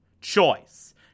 choice